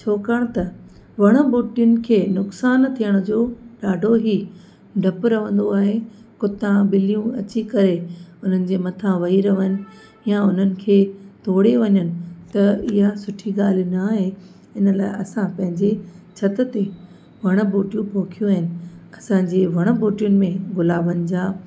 छाकणि त वण ॿूटीन खे नुकसानु थियण जो ॾाढो ई डपु रहंदो आहे कुता ॿिलियूं अची करे हुननि जे मथां वई रहन या उन्हनि खे तोड़े वञनि त इहा सुठी ॻाल्हि न आहे इन लाइ असां पंहिंजी छित ते वण ॿूटियूं पोखियूं आहिनि असांजे वण ॿूटियूंनि में गुलाबनि जा